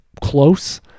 close